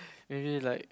maybe like